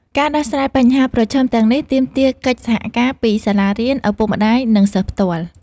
ការដោះស្រាយបញ្ហាប្រឈមទាំងនេះទាមទារកិច្ចសហការពីសាលារៀន ឪពុកម្តាយ និងសិស្សផ្ទាល់។